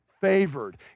favored